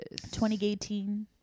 2018